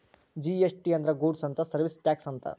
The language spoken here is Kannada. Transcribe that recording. ಜಿ.ಎಸ್.ಟಿ ಅಂದ್ರ ಗೂಡ್ಸ್ ಅಂಡ್ ಸರ್ವೀಸ್ ಟಾಕ್ಸ್ ಅಂತ